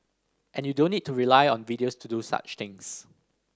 and you don't need to rely on videos to do such things